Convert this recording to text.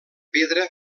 pedra